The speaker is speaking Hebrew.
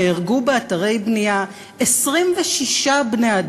נהרגו באתרי בנייה 26 בני-אדם,